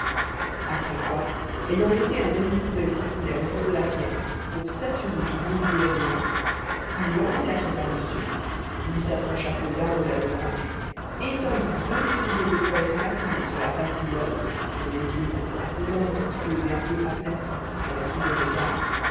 après quoi ayant jeté un dernier coup d'oeil circulaire autour de la pièce pour s'assurer qu'il n'oubliait rien il enfila son pardessus lissa son chapeau d'un revers de manche étendit deux des serviettes de toilette maculées sur la face du mort dont les yeux à présent vitreux et un peu aplatis n'avaient plus de regard